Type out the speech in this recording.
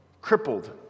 crippled